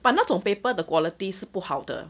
but 那种 paper 的 quality 是不好的